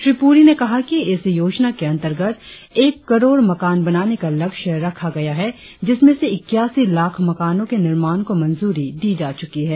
श्री पुरी ने कहा कि इस योजना के अंतर्गत एक करोड़ मकान बनाने का लक्ष्य रखा गया है जिसमें से इक्यासी लाख मकानों के निर्माण को मंजूरी दी जा चुकी है